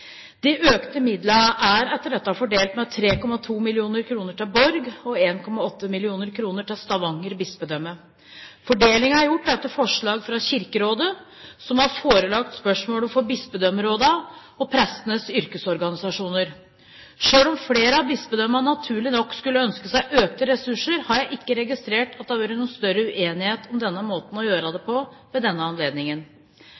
De økte midlene er etter dette fordelt med 3,2 mill. kr til Borg bispedømme og 1,8 mill. kr til Stavanger bispedømme. Fordelingen er gjort etter forslag fra Kirkerådet, som har forelagt spørsmålet for bispedømmerådene og prestenes yrkesorganisasjoner. Selv om flere av bispedømmene naturlig nok skulle ønske seg økte ressurser, har jeg ikke registrert at det har vært noen større uenighet om denne måten å gjøre det